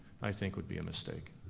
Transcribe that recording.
i think would be a mistake.